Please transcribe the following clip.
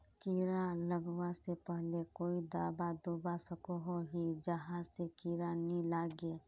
कीड़ा लगवा से पहले कोई दाबा दुबा सकोहो ही जहा से कीड़ा नी लागे?